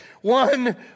one